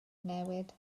newid